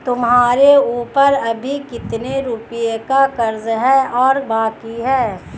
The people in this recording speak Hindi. तुम्हारे ऊपर अभी कितने रुपयों का कर्ज और बाकी है?